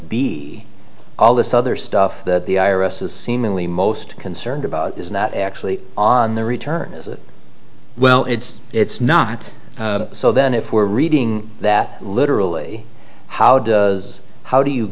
b all this other stuff that the i r s is seemingly most concerned about is not actually on the return as well it's it's not so then if we're reading that literally how does how do you